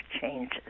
changes